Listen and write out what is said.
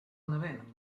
nevienam